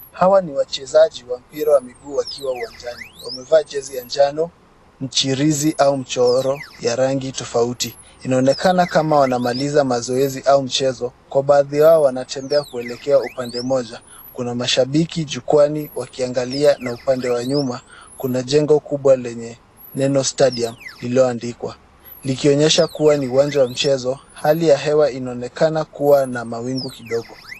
Hawa ni wachezaji wa mpira wa miguu wakiwa uwanjani. Wamevaa jezi ya jano mchirizi au mchoro ya rangi tofauti. Inaonekana kama wanamaliza mazoezi au mchezo kwa baadhi yao wanatembea kuelekea upande mmoja. Kuna mashabiki jukwaani wakiangalia na upande wa nyuma kuna jengo kubwa lenye neno stadium lililoandikwa likionyesha kuwa ni uwanja wa mchezo. Hali ya hewa inaonekana kuwa na mawingu kidogo.